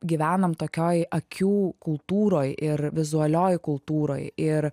gyvenam tokioj akių kultūroj ir vizualioj kultūroj ir